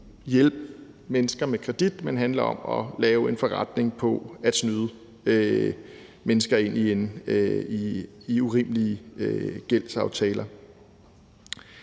men handler om at lave en forretning på at snyde mennesker ind i urimelige gældsaftaler.